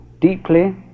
deeply